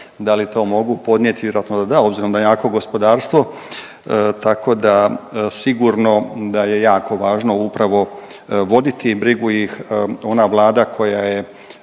da li to mogu podnijeti, vjerojatno da da, obzirom da je jako gospodarstvo, tako da je sigurno da je jako važno upravo voditi brigu i ona vlada koja je